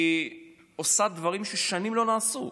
היא עושה דברים ששנים לא נעשו.